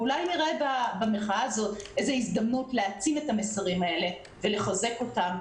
אולי נראה במחאה הזאת הזדמנות להעצים את המסרים האלה ולחזק אותם,